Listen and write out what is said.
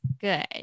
good